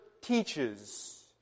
teaches